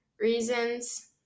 reasons